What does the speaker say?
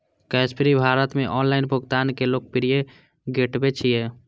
Cashfree Bharat मे online भुगतान के लोकप्रिय गेटवे छियै